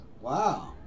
Wow